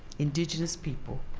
indigenous people,